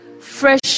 fresh